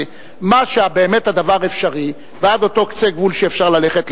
מה שבאמת ועד אותו קצה גבול שאפשר ללכת,